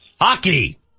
Hockey